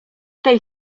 tej